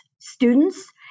students